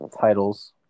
titles